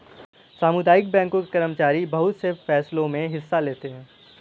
सामुदायिक बैंकों के कर्मचारी बहुत से फैंसलों मे हिस्सा लेते हैं